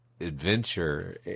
adventure